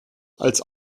als